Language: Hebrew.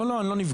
לא, אני לא נפגע.